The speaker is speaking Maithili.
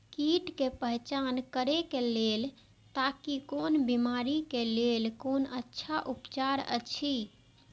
कीट के पहचान करे के लेल ताकि कोन बिमारी के लेल कोन अच्छा उपचार अछि?